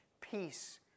peace